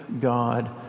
God